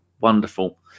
Wonderful